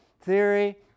theory